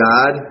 God